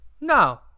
No